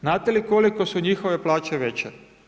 Znate li koliko su njihove plaće veće?